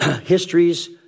Histories